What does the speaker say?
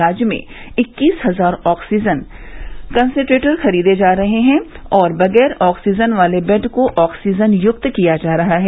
राज्य में इक्कीस हजार ऑक्सीजन कसेंट्रेटर खरीदे जा रहे हैं और बगैर ऑक्सीजन वाले बेड को ऑक्सीजन युक्त किया जा रहा है